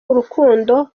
urukundo